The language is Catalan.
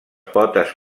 potes